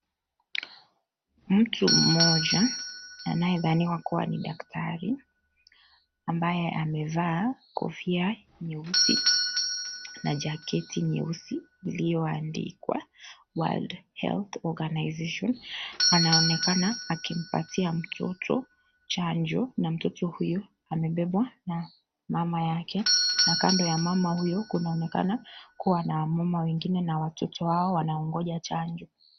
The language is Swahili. Mtu mmoja anayedhaniwa kuwa ni daktari, ambaye amevaa kofia nyeusi na jaketi nyeusi iliyoandikwa, World Health Organization, anaonekana akimpatia mtoto chanjo na mtoto huyu amebebwa na mama yake, na kando ya mama huyo kunaonekana kubwa na wamama wengine na watoto wao wanangojea chanjo.